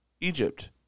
Egypt